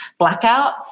blackouts